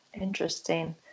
Interesting